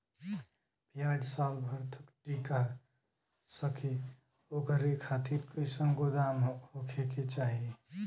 प्याज साल भर तक टीका सके ओकरे खातीर कइसन गोदाम होके के चाही?